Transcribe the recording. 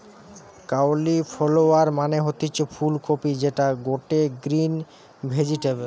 cauliflower মানে হতিছে ফুল কপি যেটা গটে গ্রিন ভেজিটেবল